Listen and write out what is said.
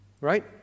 right